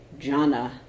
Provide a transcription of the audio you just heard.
Jhana